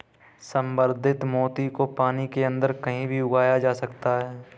संवर्धित मोती को पानी के अंदर कहीं भी उगाया जा सकता है